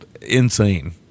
insane